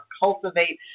cultivate